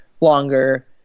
longer